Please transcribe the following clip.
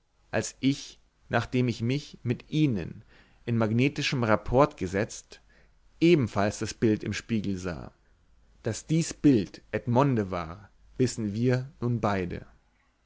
als ich nachdem ich mich mit ihnen in magnetischen rapport gesetzt ebenfalls das bild im spiegel sah daß dies bild edmonde war wissen wir nun beide